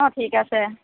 অঁ ঠিক আছে